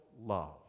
love